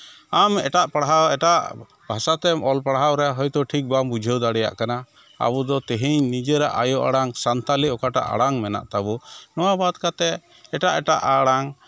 ᱟᱢ ᱮᱴᱟᱜ ᱯᱟᱲᱦᱟᱣ ᱮᱴᱟᱜ ᱵᱷᱟᱥᱟ ᱨᱮ ᱚᱞ ᱯᱟᱲᱦᱟᱣ ᱨᱮ ᱦᱚᱭᱛᱳ ᱴᱷᱤᱠ ᱵᱟᱢ ᱵᱩᱡᱷᱟᱹᱣ ᱫᱟᱲᱮᱭᱟᱜ ᱠᱟᱱᱟ ᱟᱵᱚ ᱫᱚ ᱛᱮᱦᱮᱧ ᱱᱤᱡᱮᱨᱟᱜ ᱟᱭᱳ ᱟᱲᱟᱝ ᱥᱟᱱᱛᱟᱲᱤ ᱚᱠᱟᱴᱟᱜ ᱟᱲᱟᱝ ᱢᱮᱱᱟᱜ ᱛᱟᱵᱚᱱ ᱱᱚᱣᱟ ᱵᱟᱫ ᱠᱟᱛᱮᱫ ᱮᱴᱟᱜ ᱮᱴᱟᱜ ᱟᱲᱟᱝ